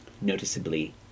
noticeably